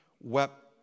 Wept